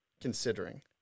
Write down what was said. considering